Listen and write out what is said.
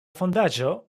fondaĵo